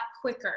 quicker